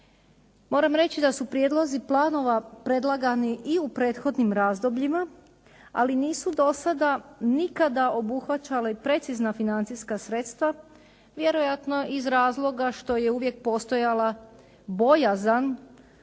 Moram reći da su prijedlozi planova predlagani i u prethodnim razdobljima, ali nisu do sada nikada obuhvaćali precizna financijska sredstva vjerojatno iz razloga što je uvijek postojala bojazan